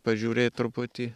pažiūrėt truputį